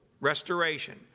restoration